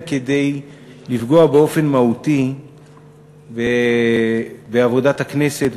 כדי לפגוע באופן מהותי בעבודת הכנסת,